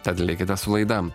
tad likite su laida